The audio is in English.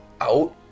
out